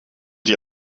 die